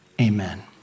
Amen